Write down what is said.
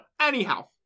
anyhow